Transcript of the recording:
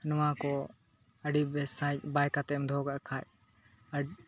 ᱱᱚᱣᱟ ᱠᱚ ᱟᱹᱰᱤ ᱵᱮᱥ ᱥᱟᱺᱦᱤᱡ ᱵᱟᱭ ᱠᱟᱛᱮᱢ ᱫᱚᱦᱚ ᱠᱟᱜ ᱠᱷᱟᱡ ᱟᱹᱰᱤ